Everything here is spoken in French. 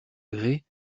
gré